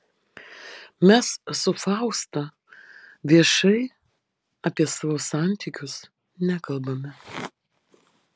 mes su fausta viešai apie savo santykius nekalbame